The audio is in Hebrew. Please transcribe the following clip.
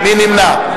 מי נמנע?